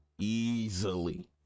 Easily